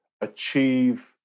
achieve